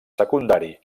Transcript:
secundari